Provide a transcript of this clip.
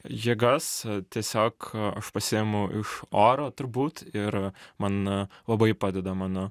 jėgas tiesiog aš pasiimu iš oro turbūt ir man labai padeda mano